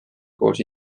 koos